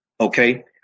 Okay